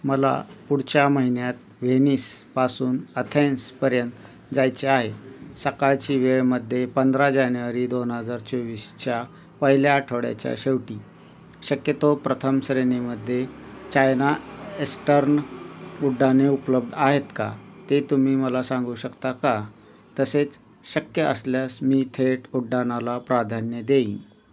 मला पुढच्या महिन्यात व्हेनिसपासून अथ्यान्सपर्यंत जायचे आहे सकाळची वेळेमध्ये पंधरा जानेवारी दोन हजार चोवीसच्या पहिल्या आठवड्याच्या शेवटी शक्य तो प्रथम श्रेणीमध्ये चायना एस्टर्न उड्डाणे उपलब्ध आहेत का ते तुम्ही मला सांगू शकता का तसेच शक्य असल्यास मी थेट उड्डाणाला प्राधान्य देईन